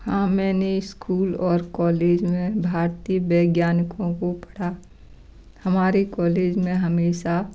हाँ मैंने इस्कूल और कोलेज में भारतीय वैज्ञानिकों को पढ़ा हमारे कोलेज में हमेशा